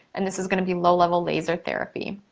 and this is gonna be low level laser therapy.